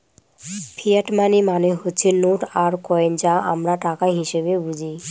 fiat money মানে হচ্ছে note আর কয়েন যা আমরা টাকা হিসেবে বুঝি